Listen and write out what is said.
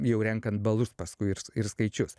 jau renkant balus paskui ir skaičius